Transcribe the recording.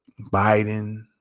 Biden